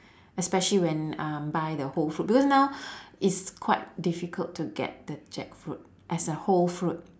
especially when um buy the whole fruit because now it's quite difficult to get the jackfruit as a whole fruit